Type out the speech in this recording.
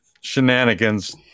shenanigans